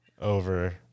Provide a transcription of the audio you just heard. over